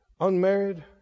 unmarried